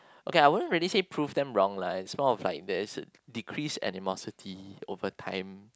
okay I won't really say prove them wrong lah is more of like there is decreased animosity over time